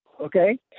Okay